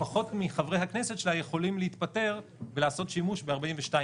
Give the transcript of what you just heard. שפחות מחברי הכנסת שלה יכולים להתפטר ולעשות שימוש בסעיף